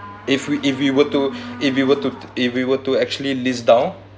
if we if we were to if you were to if we were to actually list down